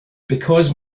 because